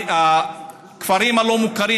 הכפרים הלא-מוכרים.